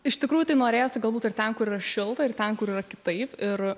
iš tikrųjų tai norėjosi galbūt ir ten kur yra šilta ir ten kur yra kitaip ir